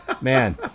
man